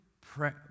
pray